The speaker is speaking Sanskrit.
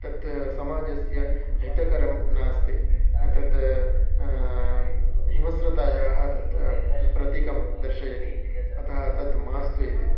तत् समाजस्य हितकरं नास्ति तद् हिंसतायाः तत् प्रतिकं दर्शयति अतः तत् मास्तु इति